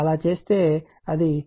అలా చేస్తే అది 10